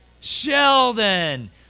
Sheldon